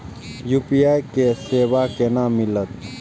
UPI के सेवा केना मिलत?